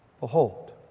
behold